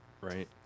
right